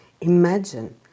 Imagine